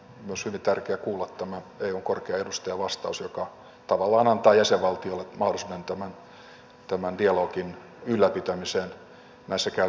on myös hyvin tärkeää kuulla tämä eun korkean edustajan vastaus joka tavallaan antaa jäsenvaltiolle mahdollisuuden tämän dialogin ylläpitämiseen näissä käytännön tilanteissa